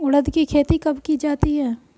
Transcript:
उड़द की खेती कब की जाती है?